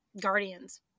guardians